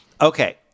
Okay